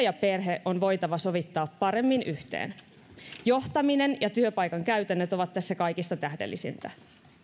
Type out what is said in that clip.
ja perhe on voitava sovittaa paremmin yhteen johtaminen ja työpaikan käytännöt ovat tässä kaikista tähdellisimpiä